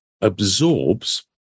absorbs